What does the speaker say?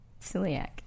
Celiac